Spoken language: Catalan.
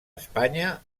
espanya